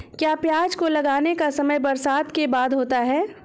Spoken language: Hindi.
क्या प्याज को लगाने का समय बरसात के बाद होता है?